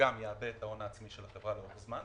שגם יהווה את ההון העצמי של החברה לאורך זמן